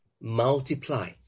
multiply